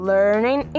Learning